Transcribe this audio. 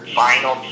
final